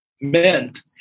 meant